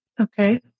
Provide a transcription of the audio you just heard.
Okay